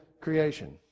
creation